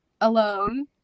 alone